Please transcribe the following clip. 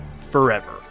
forever